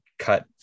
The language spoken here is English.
cut